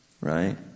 right